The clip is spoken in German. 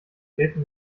treten